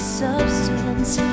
substance